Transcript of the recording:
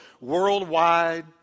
worldwide